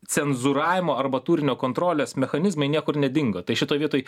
cenzūravimo arba turinio kontrolės mechanizmai niekur nedingo tai šitoj vietoj